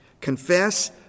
Confess